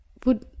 put